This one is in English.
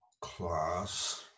class